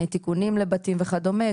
תיקונים לבתים וכדומה,